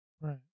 Right